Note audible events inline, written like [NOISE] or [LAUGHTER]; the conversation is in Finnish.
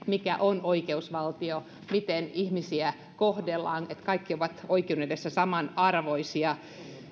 [UNINTELLIGIBLE] mikä on oikeusvaltio miten ihmisiä kohdellaan niin että kaikki ovat oikeuden edessä samanarvoisia